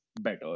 better